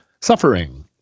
suffering